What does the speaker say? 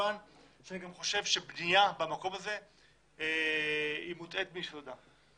כמובן שאני גם חושב שבנייה במקום הזה היא מוטעית מיסודה.